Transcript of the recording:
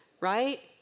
right